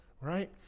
right